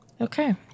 Okay